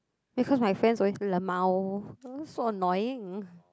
because my friends always lmao ugh so annoying